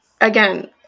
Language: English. again